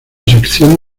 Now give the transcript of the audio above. sección